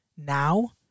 now